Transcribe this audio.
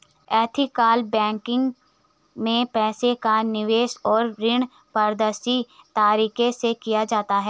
ethical banking में पैसे का निवेश और ऋण पारदर्शी तरीके से किया जाता है